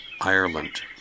Ireland